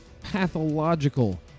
pathological